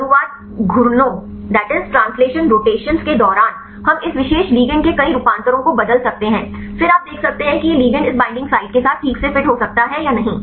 इन अनुवाद घूर्णनों के दौरान हम इस विशेष लिगैंड के कई रूपांतरों को बदल सकते हैं फिर आप देख सकते हैं कि यह लिगैंड इस बईंडिंग साइट के साथ ठीक से फिट हो सकता है या नहीं